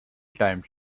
times